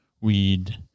weed